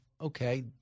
Okay